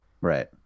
Right